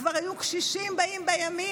כבר היו קשישים באים בימים,